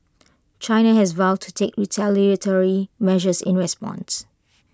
China has vowed to take retaliatory measures in responses